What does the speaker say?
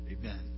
Amen